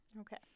Okay